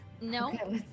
No